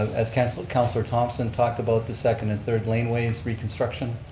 as councillor councillor thomson talked about the second and third lane ways reconstruction.